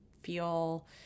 feel